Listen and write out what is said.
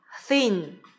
thin